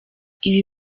ibi